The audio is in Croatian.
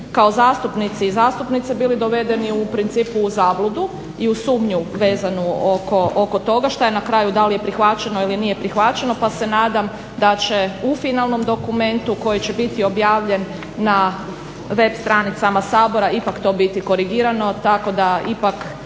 kao zastupnici i zastupnice bili dovedeni u principu u zabludu i u sumnju vezanu oko toga šta je na kraju da li je prihvaćeno ili nije prihvaćeno, pa se nadam da će u finalnom dokumentu koji će biti objavljen na web stranicama Sabora ipak to biti korigirano tako da ipak